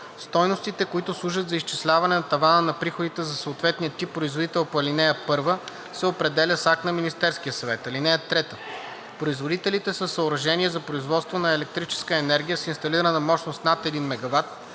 Стойностите, които служат за изчисляване на тавана на приходите за съответния тип производител по ал. 1, се определят с акт на Министерския съвет. (3) Производителите със съоръжения за производство на електрическа енергия с инсталирана мощност над 1 MW